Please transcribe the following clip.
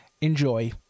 Enjoy